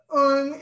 on